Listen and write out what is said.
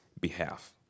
behalf